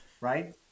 right